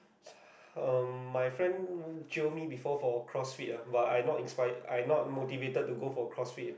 um my friend jio me before for CrossFit ah but I not inspire I not motivated to go for CrossFit